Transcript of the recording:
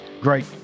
Great